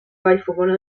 vallfogona